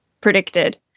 predicted